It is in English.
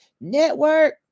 network